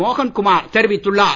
மோகன் குமார் தெரிவித்துள்ளார்